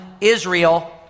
Israel